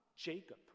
Jacob